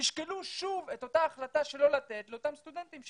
שתשקלו שוב את אותה החלטה שלא לתת לאותם סטודנטים.